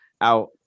out